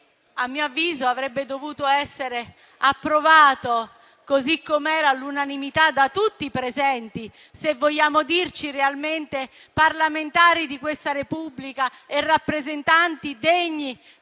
a mio avviso - avrebbe dovuto essere approvato, così com'era, all'unanimità da tutti i presenti, se vogliamo dirci realmente parlamentari di questa Repubblica e rappresentanti degni